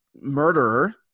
murderer